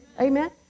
Amen